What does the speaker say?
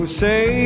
say